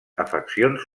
afeccions